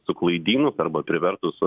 suklaidinus arba privertus